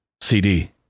CD